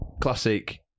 classic